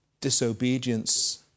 disobedience